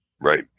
Right